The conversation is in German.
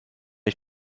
ich